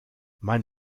mein